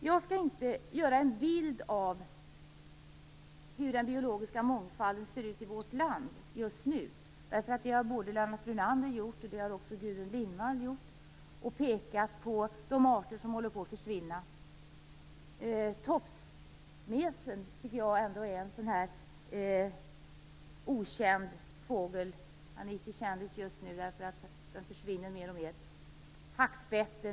Jag skall inte måla upp en bild av hur det just nu ser ut i vårt land när det gäller den biologiska mångfalden. Både Lennart Brunander och Gudrun Lindvall har redan gjort det. De har pekat på de arter som håller på att försvinna. Tofsmesen är enligt min mening en okänd fågel som försvinner mer och mer.